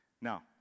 Now